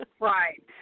Right